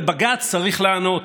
לבג"ץ צריך לענות,